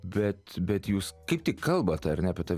bet bet jūs kaip tik kalbat ar ne apie tą